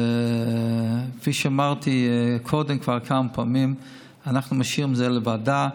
כפי שאמרתי קודם כמה פעמים: אנחנו נשאיר את זה לוועדה.